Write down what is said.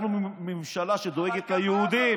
אנחנו ממשלה שדואגת ליהודים,